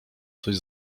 coś